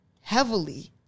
heavily